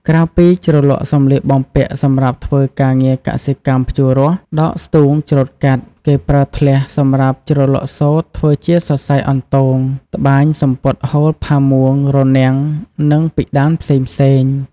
ក្រៅពីជ្រលក់សម្លៀកបំពាក់សម្រាប់ធ្វើការងារកសិកម្មភ្ជួររាស់ ដកស្ទូង ច្រូតកាត់ គេប្រើធ្លះសម្រាប់ជ្រលក់សូត្រធ្វើជាសរសៃអន្ទង ត្បាញសំពត់ហូលផាមួង រនាំង និងពិដានផ្សេងៗ។